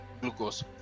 glucose